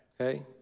okay